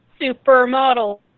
Supermodel